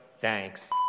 Thanks